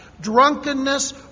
drunkenness